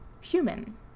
human